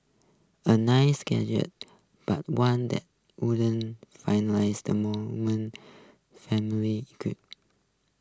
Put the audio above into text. a nice gesture but one that wouldn't the mourning family's queries